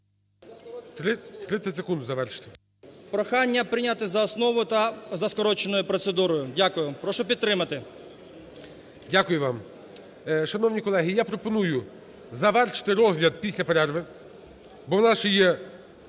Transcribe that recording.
30 секунд завершити. ДАНИЛЮК О.О. Прохання прийняти за основу та за скороченою процедурою. Дякую. Прошу підтримати. ГОЛОВУЮЧИЙ. Дякую вам. Шановні колеги, я пропоную завершити розгляд після перерви, бо у нас ще є